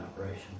operation